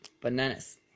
bananas